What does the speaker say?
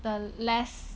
the less